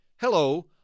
Hello